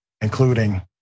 including